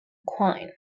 quine